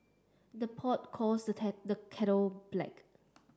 the pot calls the the kettle black